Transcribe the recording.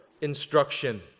instruction